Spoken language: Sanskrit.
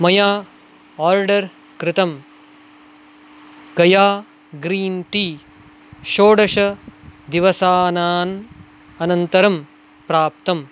मया ओर्डर् कृतं गया ग्रीन् टी षोडश दिवसानान् अनन्तरं प्राप्तम्